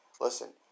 listen